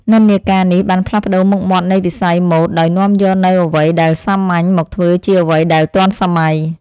និន្នាការនេះបានផ្លាស់ប្តូរមុខមាត់នៃវិស័យម៉ូដដោយនាំយកនូវអ្វីដែលសាមញ្ញមកធ្វើជាអ្វីដែលទាន់សម័យ។